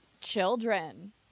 children